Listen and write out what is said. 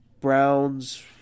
Browns